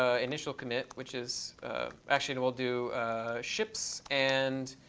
ah initial commit, which is actually and we'll do ships and